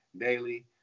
daily